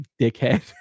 dickhead